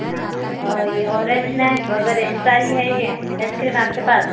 हाँ और ये ओरेंज में वगैरह ऐसा ही है ये आइसक्रीम आपके पास